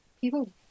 people